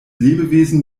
lebewesen